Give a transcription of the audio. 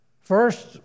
First